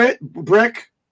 Brick